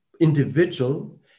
individual